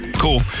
cool